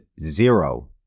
zero